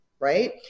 right